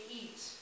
eat